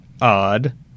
odd